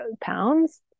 pounds